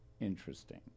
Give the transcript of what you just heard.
interesting